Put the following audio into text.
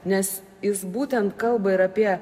nes jis būtent kalba ir apie